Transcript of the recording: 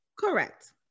Correct